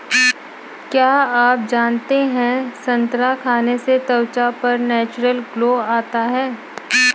क्या आप जानते है संतरा खाने से त्वचा पर नेचुरल ग्लो आता है?